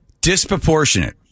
disproportionate